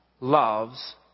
loves